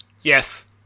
Yes